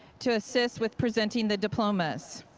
to assist with presenting the diplomas.